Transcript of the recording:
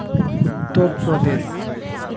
ᱩᱛᱚᱨ Pradesh